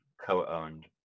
co-owned